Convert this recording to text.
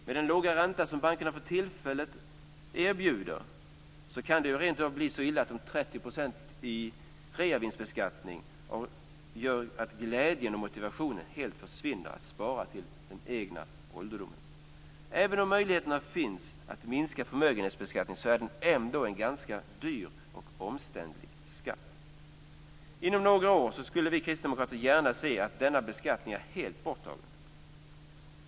Med den låga ränta som bankerna för tillfället erbjuder kan det rentav bli så illa att de 30 procentens reavinstbeskattning gör att glädjen och motivationen att spara till den egna ålderdomen helt försvinner. Även om möjligheterna finns att minska förmögenhetsbeskattningen är det ändå en ganska dyr och omständlig skatt. Inom några år skulle vi kristdemokrater gärna se att denna beskattning är helt borttagen.